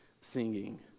singing